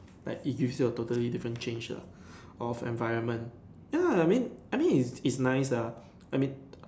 like it gives you a totally different change lah of environment ya I mean I mean it's it's nice ah I mean